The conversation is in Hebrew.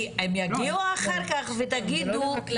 כי הם יגיעו אחר כך ותגידו,